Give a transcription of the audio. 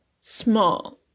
small